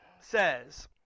says